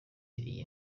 iyi